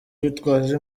bitwaje